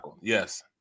Yes